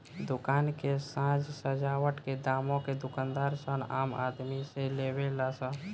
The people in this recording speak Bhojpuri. दुकान के साज सजावट के दामो के दूकानदार सन आम आदमी से लेवे ला सन